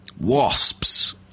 Wasps